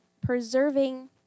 preserving